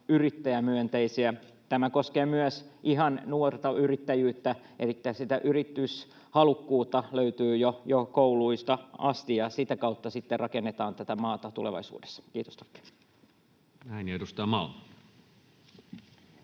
yrittäjämyönteisiä. Tämä koskee myös ihan nuorta yrittäjyyttä, elikkä sitä yrityshalukkuutta löytyy jo kouluista asti, ja sitä kautta sitten rakennetaan tätä maata tulevaisuudessa. — Kiitos, tack. [Speech 161]